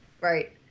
Right